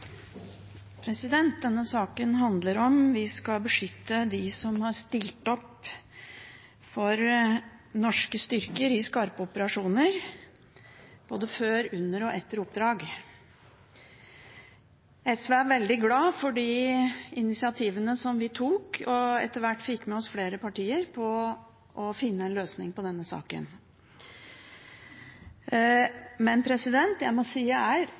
Denne saken handler om at vi skal beskytte dem som har stilt opp for norske styrker i skarpe operasjoner, både før, under og etter oppdrag. SV er veldig glad for de initiativene som vi tok, og at vi etter hvert fikk med oss flere partier på å finne en løsning på denne saken. Men jeg må si jeg er